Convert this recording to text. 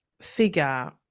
figure